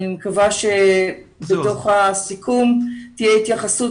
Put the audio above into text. אני מקווה שבתוך הסיכום תהיה התייחסות